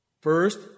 First